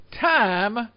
time